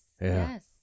yes